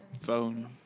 phone